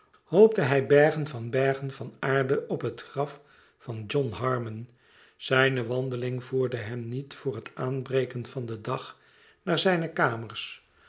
hoopte hij bergen bij bergen van aarde op het graf van john harmon zijne wandeling voerde hem niet voor het aanbreken van den dag naar zijne kamers